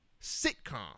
sitcom